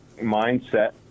mindset